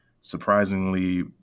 surprisingly